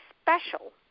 special